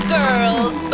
girls